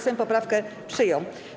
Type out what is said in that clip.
Sejm poprawkę przyjął.